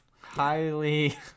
Highly